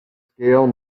scale